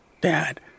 Dad